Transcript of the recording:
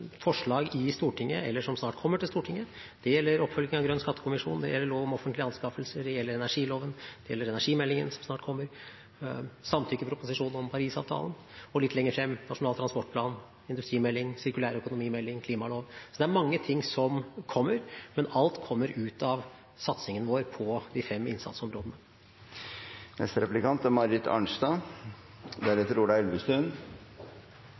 forslag i Stortinget – eller som snart kommer til Stortinget. Det gjelder oppfølging av Grønn skattekommisjon, lov om offentlige anskaffelser, energiloven, energimeldingen, som snart kommer, og samtykkeproposisjonen om Paris-avtalen – og litt lenger frem: Nasjonal transportplan, industrimelding, melding om sirkulær økonomi og klimalov. Det er mange ting som kommer, men alt kommer ut av satsingen vår på de fem innsatsområdene. Utålmodigheten her i salen er